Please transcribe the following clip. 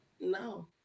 no